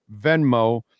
Venmo